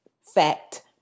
fact